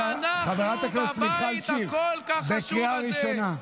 אבל אתם, חברת הכנסת מיכל שיר, קריאה ראשונה.